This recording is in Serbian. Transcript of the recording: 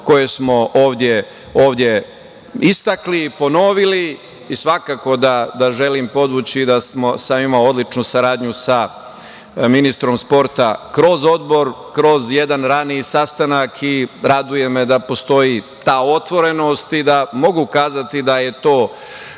koje smo ovde istakli, ponovili. Svakako da želim podvući da smo imali odličnu saradnju sa ministrom sporta kroz odbor, kroz jedan raniji sastanak i raduje me da postoji ta otvorenost i da mogu kazati da je to